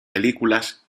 películas